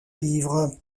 livre